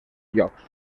llocs